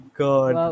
god